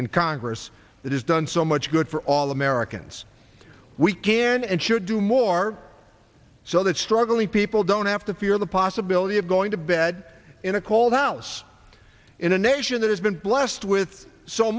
in congress that has done so much good for all americans we can and should do more so that struggling people don't have to fear the possibility of going to bed in a cold ousts in a nation that has been blessed with so